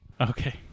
Okay